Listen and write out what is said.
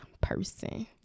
person